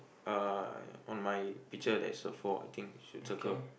uh on my picture there is a four I think we should circle